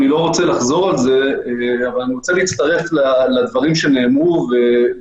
אני לא רוצה לחזור על זה אבל אני רוצה להצטרף לדברים שנאמרו ולהוסיף